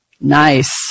Nice